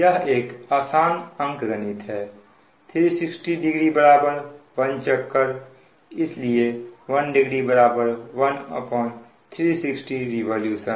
यह एक आसान अंकगणित है 3600 1 चक्कर है इसलिए 10 1360रिवॉल्यूशन